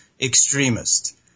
extremist